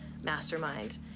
mastermind